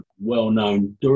well-known